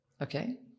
Okay